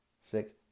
six